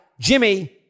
Jimmy